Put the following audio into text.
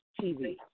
TV